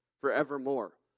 forevermore